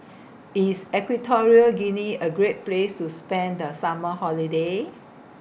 IS Equatorial Guinea A Great Place to spend The Summer Holiday